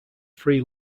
free